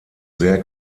sehr